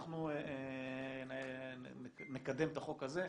אנחנו נקדם את החוק הזה.